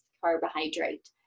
carbohydrate